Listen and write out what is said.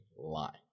lie